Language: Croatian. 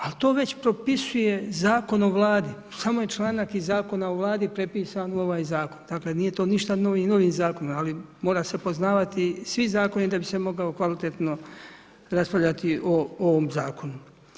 Ali to već propisuje Zakon o Vladi, samo je članak iz Zakona o Vladi prepisan u ovaj zakon, dakle nije to ništa novi zakon ali moraju se poznavati svi zakoni da bi se moglo kvalitetno raspravljati o ovom zakonu.